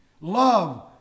Love